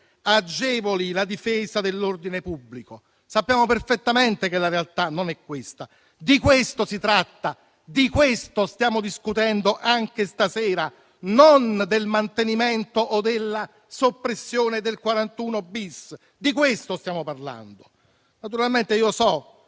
agevoli la difesa dell'ordine pubblico. Sappiamo perfettamente che la realtà non è questa, di questo si tratta e di questo stiamo discutendo anche stasera; non del mantenimento o della soppressione del 41-*bis*. Naturalmente so